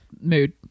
mood